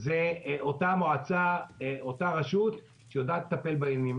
זו אותה רשות שיודעת לטפל בעניינים.